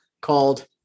called